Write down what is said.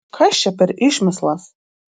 kas čia per išmislas